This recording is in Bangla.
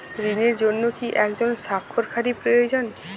ঋণের জন্য কি একজন স্বাক্ষরকারী প্রয়োজন?